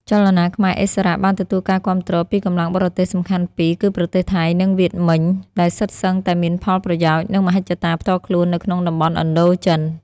ចលនាខ្មែរឥស្សរៈ បានទទួលការគាំទ្រពីកម្លាំងបរទេសសំខាន់ពីរ គឺប្រទេសថៃ និងវៀតមិញ ដែលសុទ្ធសឹងតែមានផលប្រយោជន៍ និងមហិច្ឆតាផ្ទាល់ខ្លួននៅក្នុងតំបន់ឥណ្ឌូចិន។